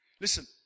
Listen